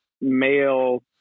male